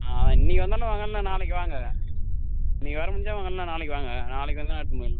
ஆ இன்றைக்கு வந்தாலும் வாங்க இல்லை நாளைக்கு வாங்க இன்றைக்கு வர முடிஞ்சால் வாங்க இல்லைன்னா நாளைக்கு வாங்க நாளைக்கு வந்தால் எடுத்துன்னு போகலாம்